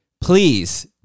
please